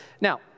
Now